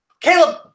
Caleb